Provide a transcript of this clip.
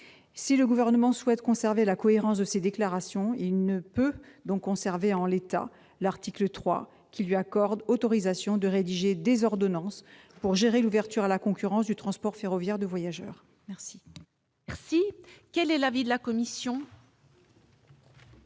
Si le Gouvernement souhaite assurer la cohérence de ses déclarations, il ne peut pas conserver en l'état l'article 3, qui tend à lui accorder autorisation de rédiger des ordonnances pour gérer l'ouverture à la concurrence du transport ferroviaire de voyageurs. Quel est l'avis de la commission ?